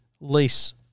lease